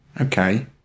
Okay